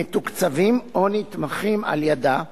המתוקצבים או נתמכים על-ידיה,